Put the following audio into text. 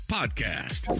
podcast